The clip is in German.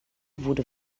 wurde